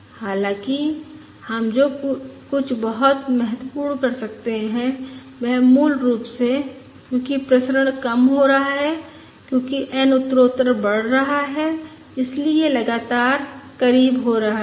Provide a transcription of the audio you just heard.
हालाँकि हम जो कुछ बहुत महत्वपूर्ण कर सकते हैं वह मूल रूप से क्योंकि प्रसरण कम हो रहा है क्योंकि n उत्तरोत्तर बढ़ रहा है इसलिए यह लगातार करीब हो रहा है